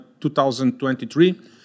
2023